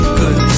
good